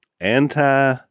Anti